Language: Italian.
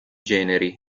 generi